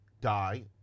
die